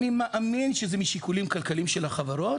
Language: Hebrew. אני מאמין שזה משיקולים כלכליים של החברות,